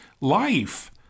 life